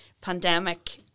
pandemic